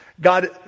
God